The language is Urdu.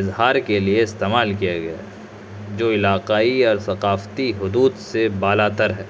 اظہار کے لیے استعمال کیا گیا جو علاقائی اور ثقافتی حدود سے بالا تر ہے